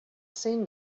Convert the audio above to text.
seen